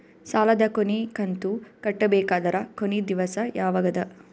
ಸಾಲದ ಕೊನಿ ಕಂತು ಕಟ್ಟಬೇಕಾದರ ಕೊನಿ ದಿವಸ ಯಾವಗದ?